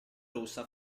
russa